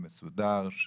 מסודר,